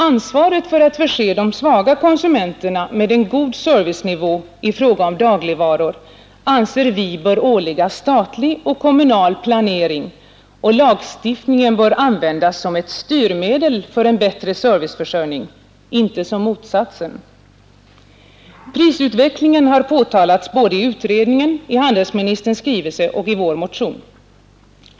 Ansvaret för att upprätthålla en god servicenivå för de svaga konsumenterna i fråga om dagligvaror anser vi bör åligga statlig och kommunal planering, och lagstiftningen bör användas som ett styrmedel för en bättre serviceförsörjning, inte som motsatsen. Prisutvecklingen har påtalats såväl i utredningen, i handelsministerns skrivelse som i vår motion.